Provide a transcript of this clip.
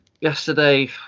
yesterday